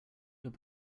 your